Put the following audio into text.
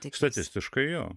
tik statistiškai jo